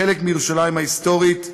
חלק מירושלים ההיסטורית,